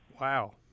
Wow